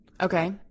Okay